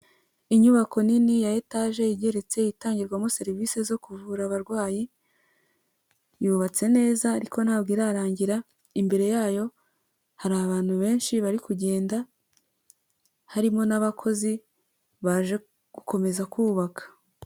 Inyubako nini ya etaje igeretse itangirwamo serivisi zo kuvura abarwayi, yubatse neza ariko ntabwo irarangira, imbere yayo hari abantu benshi bari kugenda, harimo n'abakozi baje gukomeza kubaka.